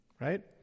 right